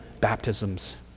baptisms